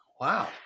Wow